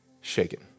shaken